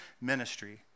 ministry